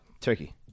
Turkey